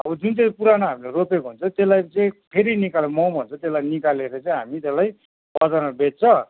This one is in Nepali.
अब जुन चाहिँ पुरानो हामीले रोपेको हुन्छ त्यसलाई चाहिँ फेरि निकालेर माउ भन्छ त्यसलाई निकालेर चाहिँ हामी त्यसलाई बजारमा बेच्छ